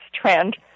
trend